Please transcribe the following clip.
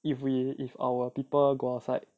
if we if our people go outside